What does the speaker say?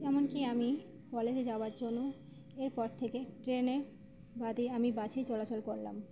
এমনকি আমি কলেজে যাওয়ার জন্য এরপর থেকে ট্রেনে বাদে আমি বাসেই চলাচল করলাম